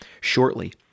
shortly